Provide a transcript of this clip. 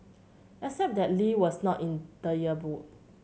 except that Lee was not in the yearbook